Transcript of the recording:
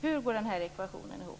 Hur går denna ekvation ihop?